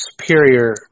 superior